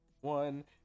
one